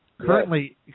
currently